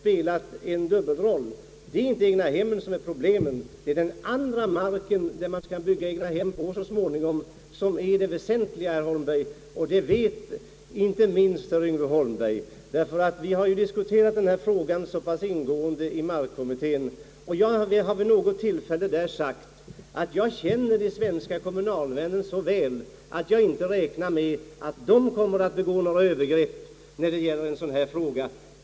Det är inte egnahemmen som problemet gäller, utan den andra marken, där man så småningom skall bygga egnahem. Det vet herr Yngve Holmberg, eftersom vi har diskuterat denna fråga så ingående i markkommittén. Jag har där vid något tillfälle sagt, att jag känner svenska kommunalmän väl och inte räknar med att de kommer att göra sig skyldiga till några övergrepp i dessa avseenden.